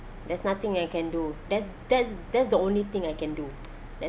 there's nothing I can do that's that's that's the only thing I can do that's